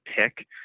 pick